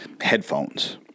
headphones